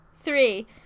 three